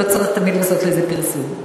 לא צריך תמיד לעשות לזה פרסום,